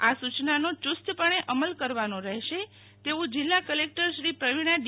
આ સૂચનાનો યુસ્તપણે અમલ કરવાનો રહેશે તેવું જિલ્લા કલેકટરશ્રી પ્રવિણા ડી